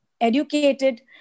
educated